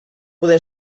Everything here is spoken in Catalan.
poder